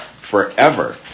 forever